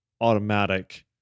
automatic